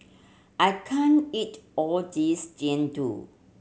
I can't eat all this Jian Dui